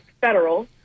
federal